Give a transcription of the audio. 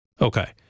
Okay